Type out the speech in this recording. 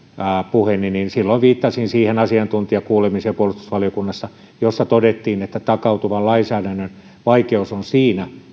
puheeni silloin viittasin siihen asiantuntijakuulemiseen puolustusvaliokunnassa jossa todettiin että takautuvan lainsäädännön vaikeus on siinä